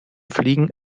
fliegen